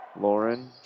Lauren